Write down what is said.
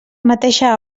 mateixa